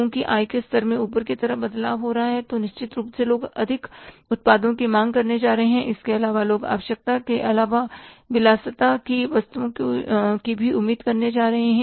लोगों की आय के स्तर में ऊपर की तरफ बदलाव हो रहा है तो निश्चित रूप से लोग अधिक उत्पादों की मांग करने जा रहे हैं इसके अलावा लोग आवश्यकता के अलावा विलासिता की वस्तुओं की भी उम्मीद करने जा रहे हैं